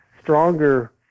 stronger